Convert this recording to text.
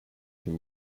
him